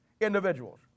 individuals